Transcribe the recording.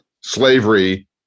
slavery